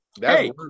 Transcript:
Hey